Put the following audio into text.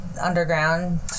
underground